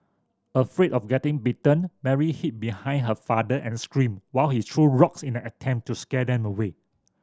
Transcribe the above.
afraid of getting bitten Mary hid behind her father and screamed while he threw rocks in an attempt to scare them away